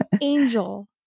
Angel